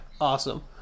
Awesome